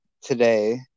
today